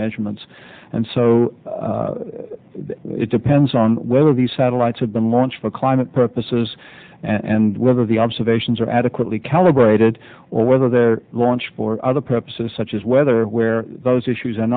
measurements and so it depends on whether the satellites have been launched for climate purposes and whether the observations are adequately calibrated or whether they're launch for other purposes such as weather where those issues a